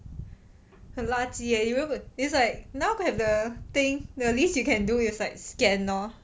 很垃圾 leh you all would it's like now have the thing the least you can do is like scan lor